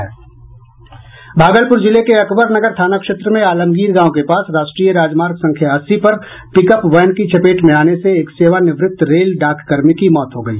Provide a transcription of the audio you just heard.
भागलपुर जिले के अकबरनगर थाना क्षेत्र में आलमगीर गांव के पास राष्ट्रीय राजमार्ग संख्या अस्सी पर पिकअप वैन की चपेट में आने से एक सेवानिवृत्त रेल डाककर्मी की मौत हो गई